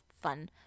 fun